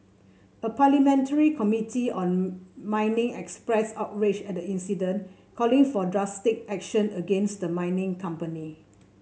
a parliamentary committee on mining expressed outrage at the incident calling for drastic action against the mining company